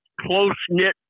close-knit